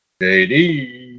JD